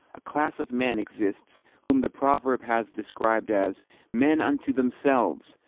a class of men exists whom the proverb has described as men unto themselves,